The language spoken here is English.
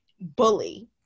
bully